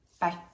Bye